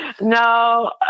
No